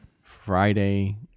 Friday